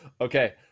Okay